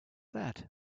that